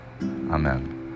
Amen